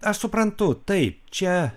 aš suprantu taip čia